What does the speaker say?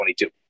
2022